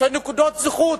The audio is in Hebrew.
כנקודות זכות.